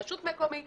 רשות מקומית,